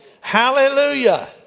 Hallelujah